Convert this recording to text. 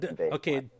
okay